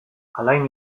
alain